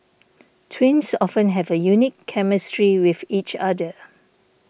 twins often have a unique chemistry with each other